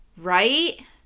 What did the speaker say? right